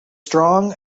strong